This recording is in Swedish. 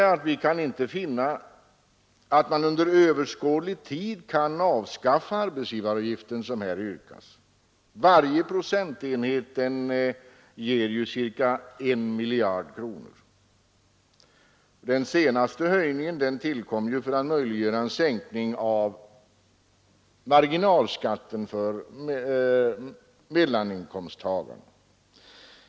Vi kan inte finna att man under överskådlig tid kan avskaffa arbetsgivaravgiften, som här yrkas. Varje procentenhet ger ju ca 1 miljard kronor. Den senaste höjningen tillkom för att möjliggöra en sänkning av marginalskatten för mellaninkomsttagarna.